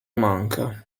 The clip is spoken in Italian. manca